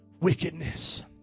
wickedness